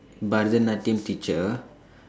பரதநாட்டியம்:parathanaatdiyam teacher